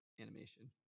animation